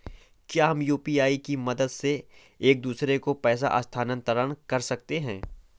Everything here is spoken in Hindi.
क्या हम यू.पी.आई की मदद से एक दूसरे को पैसे स्थानांतरण कर सकते हैं?